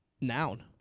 noun